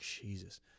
Jesus